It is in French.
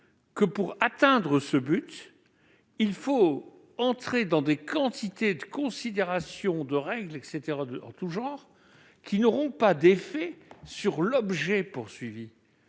que, pour atteindre ce but, nous devons entrer dans des quantités de considérations, de règles en tout genre, qui n'auront pas d'effet sur l'objet visé.